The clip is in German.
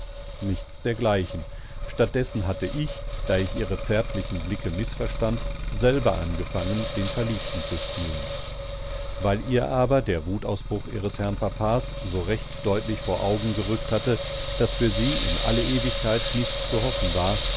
nichts dergleichen statt dessen hatte ich da ich ihre zärtlichen blicke mißverstand selber angefangen den verliebten zu spielen weil ihr aber der wutausbruch ihres herrn papas so recht deutlich vor augen gerückt hatte daß für sie in alle ewigkeit nichts zu hoffen war